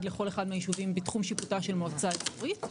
לכל אחד מהישובים בתחום שיפוטה של מועצה אזורית,